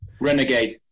Renegade